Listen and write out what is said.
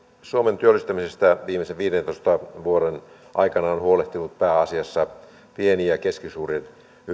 suomen työllistämisestä viimeisen viidentoista vuoden aikana on huolehtinut pääasiassa pieni ja keskisuuri